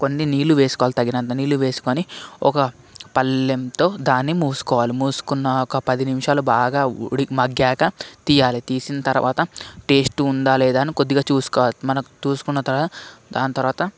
కొన్ని నీళ్ళు వేసుకోవాలి తగినంత నీళ్ళు వేసుకుని ఒక పళ్ళెంతో దాన్ని మూసుకోవాలి మూసుకున్న ఒక పది నిమిషాలు బాగా ఉడికి మగ్గాక తీయాలి తీసిన తర్వాత టెస్టు ఉందా లేదా అని కొద్దిగా చూసుకోవాలి మనం చూసుకున్న తర్వాత దాని తర్వాత